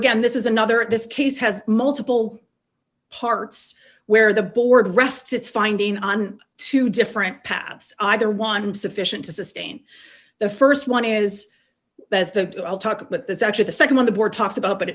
again this is another in this case has multiple parts where the board rests its finding on two different paths either one is sufficient to sustain the st one is that the talk but that's actually the nd one the board talks about but